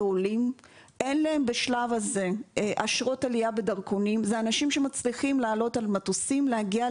אין שם נציג אף מדינה חוץ ממדינת ישראל והגורמים שלנו,